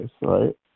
right